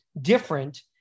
different